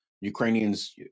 Ukrainians